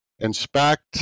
Inspect